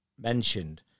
mentioned